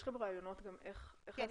יש לכם רעיונות גם איך לעשות את זה?